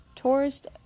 tourist